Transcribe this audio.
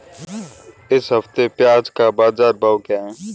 इस हफ्ते प्याज़ का बाज़ार भाव क्या है?